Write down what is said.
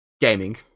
Gaming